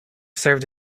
served